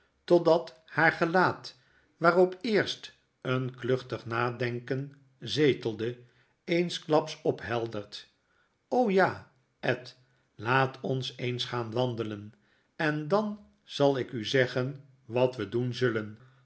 totdat haar gelaat waarop eerst een kluchtig nadenken zetelde eensklaps opheldert ja ed laat ons eens gaan wandelen en dan zal ik u zeggen wat we doen zullen